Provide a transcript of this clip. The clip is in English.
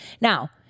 Now